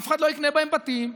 אף אחד לא יקנה בהם בתים,